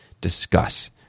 Discuss